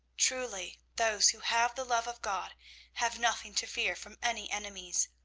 truly, those who have the love of god have nothing to fear from any enemies.